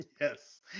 Yes